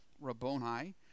Rabboni